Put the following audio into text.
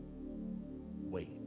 wait